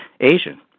Asian